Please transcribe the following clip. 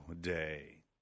Day